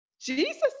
Jesus